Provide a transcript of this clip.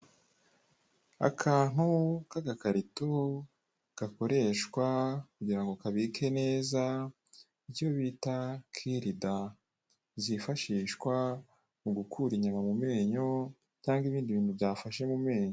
Akantu k'agakarito gakoreshwa kugira ngo kabike neza icyo bita kirida, zifashishwa mu gukura inyama mu menyo cyangwa ibindi bintu byafashe mu menyo.